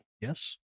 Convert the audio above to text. Yes